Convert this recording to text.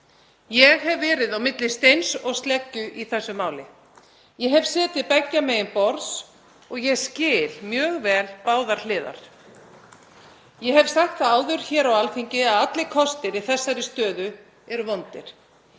Ég hef verið á milli steins og sleggju í þessu máli. Ég hef setið beggja megin borðs og ég skil mjög vel báðar hliðar. Ég hef sagt það áður hér á Alþingi að allir kostir í þessari stöðu eru vondir.